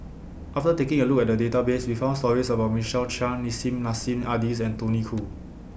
after taking A Look At The Database We found stories about Michael Chiang Nissim Nassim Adis and Tony Khoo